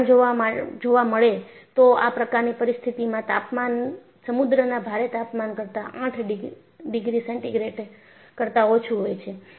કારણ જોવા મળે તો આ પ્રકારની પરિસ્થિતિમાં તાપમાન સમુદ્રના ભારે તાપમાન કરતાં 8 ડિગ્રી સેન્ટિગ્રેડ કરતાં ઓછું હોય છે